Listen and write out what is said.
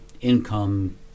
income